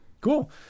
cool